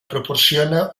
proporciona